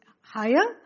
higher